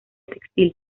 textil